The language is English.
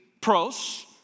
Pros